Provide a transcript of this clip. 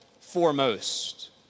foremost